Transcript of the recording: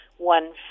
One